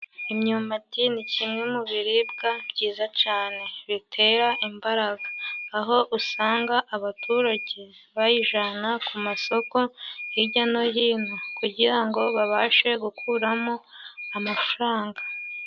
Imyumbati ni kimwe mu biribwa byiza cyane, bitera imbaraga, aho usanga abaturage bayijyana ku masoko hijya no hino, kugira ngo babashe gukuramo amafaranga.